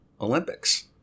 Olympics